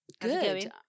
Good